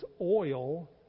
oil